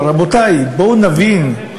אבל, רבותי, בואו נבין,